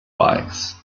bikes